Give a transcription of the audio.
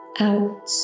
out